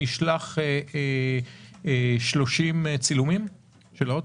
ישלחו לי 30 צילומים של האוטו?